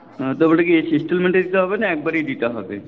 হ্যাঁ তবে ওটা কি ইন্সটলমেন্টে দিতে হবে না একবারেই দিতে হবে